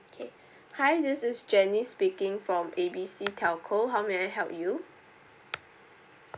okay hi this is janice speaking from A B C telco how may I help you